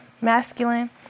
masculine